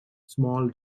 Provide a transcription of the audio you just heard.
small